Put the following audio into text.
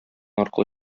аркылы